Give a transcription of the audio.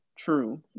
true